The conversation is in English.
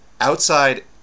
outside